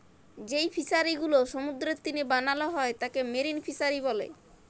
যেই ফিশারি গুলো সমুদ্রের তীরে বানাল হ্যয় তাকে মেরিন ফিসারী ব্যলে